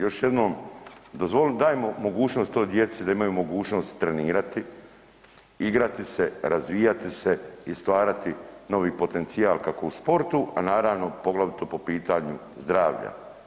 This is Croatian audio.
Još jednom dajmo mogućnost toj djeci da imaju mogućnost trenirati, igrati se, razvijati se i stvarati novi potencijal kako u sportu, a naravno poglavito po pitanju zdravlja.